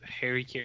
Harry